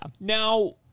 Now